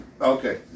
Okay